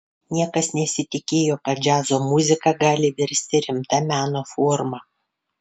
niekas nesitikėjo kad džiazo muzika gali virsti rimta meno forma